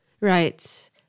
Right